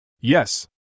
Yes